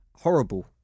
horrible